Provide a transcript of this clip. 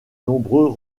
nombreux